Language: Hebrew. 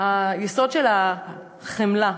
היסוד של החמלה,